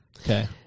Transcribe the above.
Okay